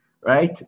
right